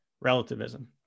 relativism